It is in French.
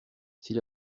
s’il